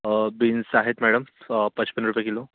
beans आहेत madam पचपन रुपये किलो